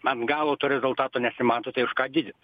ant galo to rezultato nesimato tai už ką didint